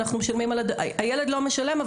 הילד לא משלם,